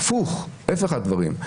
ההיפך הדברים.